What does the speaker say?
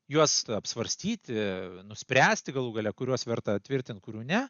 juos apsvarstyti nuspręsti galų gale kuriuos verta tvirtint kurių ne